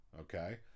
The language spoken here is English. okay